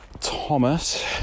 Thomas